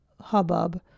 hubbub